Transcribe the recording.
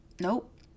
nope